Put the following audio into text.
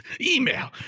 email